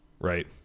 Right